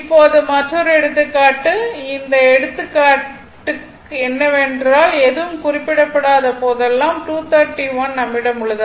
இப்போது மற்றொரு எடுத்துக்காட்டு இந்த எடுத்துக்காட்டு என்னவென்றால் எதுவும் குறிப்பிடப்படாத போதெல்லாம் 231 நம்மிடம் உள்ளது